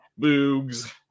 Boogs